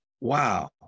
wow